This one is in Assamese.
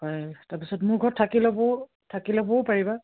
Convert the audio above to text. হয় তাৰপিছত মোৰ ঘৰত থাকি ল'বও থাকি ল'বও পাৰিবা